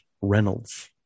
Reynolds